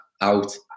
out